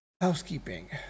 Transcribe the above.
housekeeping